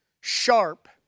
sharp